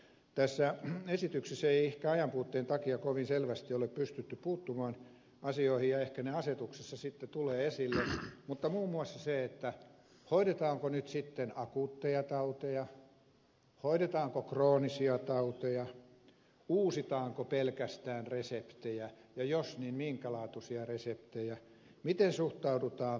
tässä esityksessä ei ehkä ajanpuutteen takia kovin selvästi ole pystytty puuttumaan asioihin ehkä ne asetuksessa sitten tulevat esille muun muassa siihen hoidetaanko nyt sitten akuutteja tauteja hoidetaanko kroonisia tauteja uusitaanko pelkästään reseptejä ja jos niin minkä laatuisia reseptejä miten suhtaudutaan puhelinresepteihin